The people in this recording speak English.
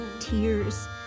Tears